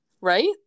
right